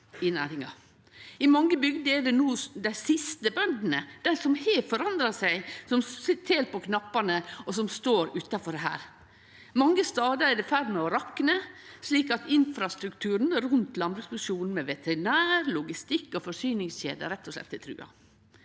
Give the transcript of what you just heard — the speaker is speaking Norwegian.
I mange bygder er det no dei siste bøndene, dei som har forandra seg, som tel på knappane og står utanfor her. Mange stader er det i ferd med å rakne, slik at infrastrukturen rundt landbruksproduksjonen, med veterinær, logistikk og forsyningskjeder, rett og slett er trua.